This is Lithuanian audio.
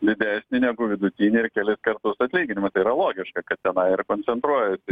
didesnį negu vidutinį ir kelis kartus atlyginimą tai yra logiška kad tenai ir koncentruojasi